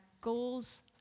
goals